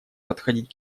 подходить